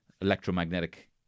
electromagnetic